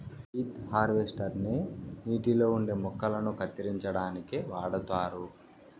weed harvester ని నీటిలో ఉండే మొక్కలను కత్తిరించడానికి వాడుతారు